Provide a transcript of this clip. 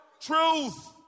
Truth